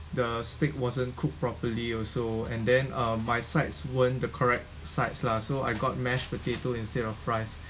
the steak wasn't cook properly also and then uh my sides weren't the correct sides lah so I got mashed potato instead of fries